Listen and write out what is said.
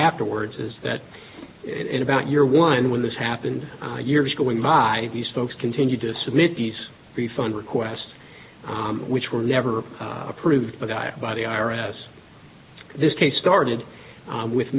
afterwards is that in about your one when this happened years going by these folks continued to submit these refund requests which were never approved by the i r s this case started with